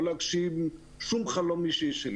לא להגשים שום חלום אישי שלי.